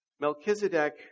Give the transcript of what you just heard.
Melchizedek